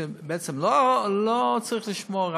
שבעצם לא צריך לשמור,